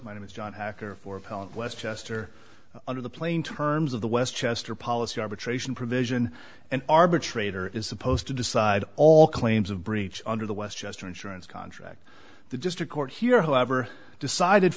my name is john hacker for appellate westchester under the plain terms of the westchester policy arbitration provision an arbitrator is supposed to decide all claims of breach under the westchester insurance contract the district court here whoever decided